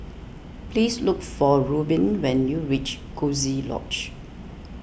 please look for Reubin when you reach Coziee Lodge